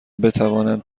بتوانند